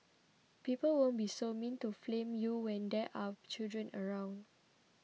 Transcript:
people won't be so mean to flame you when there are children around